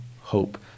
hope